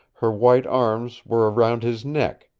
her white arms were around his neck,